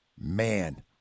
Man